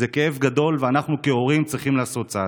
זה כאב גדול, ואנחנו כהורים צריכים לעשות צעד.